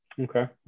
Okay